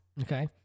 Okay